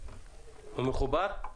בבקשה.